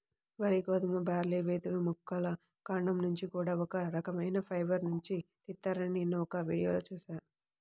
వరి, గోధుమ, బార్లీ, వెదురు మొక్కల కాండం నుంచి కూడా ఒక రకవైన ఫైబర్ నుంచి తీత్తారని నిన్న ఒక వీడియోలో చూశా